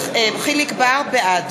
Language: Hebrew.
בעד